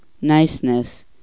niceness